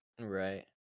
Right